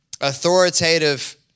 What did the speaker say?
authoritative